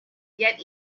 yet